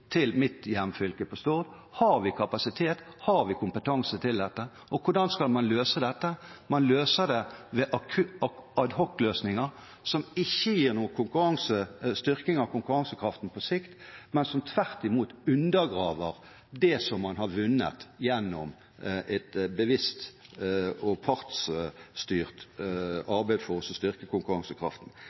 til mitt hjemfylke og på Stord: Har vi kapasitet? Har vi kompetanse til dette? Hvordan skal vi løse det? Man løser det ved ad hoc-løsninger som ikke gir noen styrking av konkurransekraften på sikt, men som tvert imot undergraver det man har vunnet gjennom et bevisst og partsstyrt arbeid for å styrke konkurransekraften.